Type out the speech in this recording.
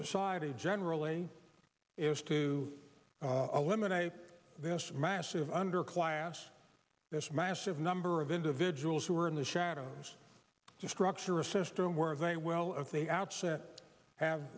society generally is to eliminate this massive underclass this massive number of individuals who are in the shadows to structure a system where they well of the outset have